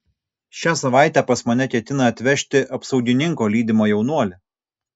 šią savaitę pas mane ketina atvežti apsaugininko lydimą jaunuolį